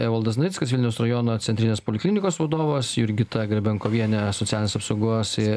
evaldas navickas vilniaus rajono centrinės poliklinikos vadovas jurgita grebenkovienė socialinės apsaugos ir